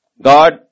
God